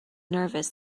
nervous